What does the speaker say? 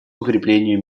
укреплению